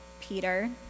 Peter